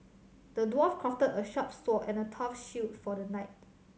the dwarf crafted a sharp sword and a tough shield for the knight